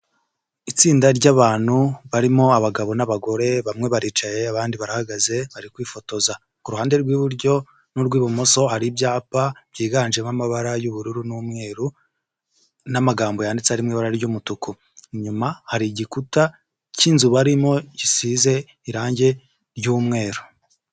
Istinda ry' abantu barimo abagabo n'abagore, bamwe baricaye abandi barahagaze bari kwifotoza, kuruhande rw'iburyo n'urw'ibumoso hari ibyapa byiganjemo amabara y'ubururu n'umweru n'amagambo yanditse ari mu ibara ry'umutuku, inyuma hari igikuta cy'inzu barimo gisize irangi ry'umweru.